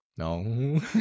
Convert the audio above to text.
No